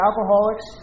alcoholics